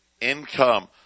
income